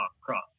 cross